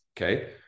Okay